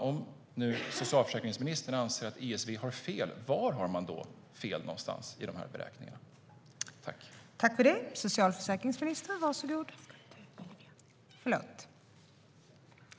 Om socialförsäkringsministern anser att ESV har fel skulle jag vilja veta var någonstans i dessa beräkningar som de har fel.